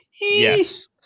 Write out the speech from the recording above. Yes